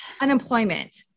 unemployment